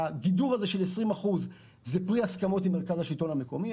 הגידור הזה של 20% הוא פרי הסכמות עם מרכז השלטון המקומי,